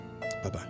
Bye-bye